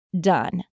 Done